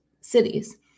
cities